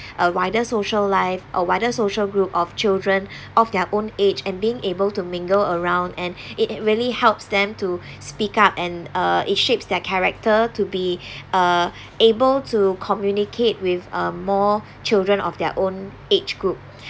a wider social life a wider social group of children of their own age and being able to mingle around and it really helps them to speak up and uh it shapes their character to be uh able to communicate with uh more children of their own age group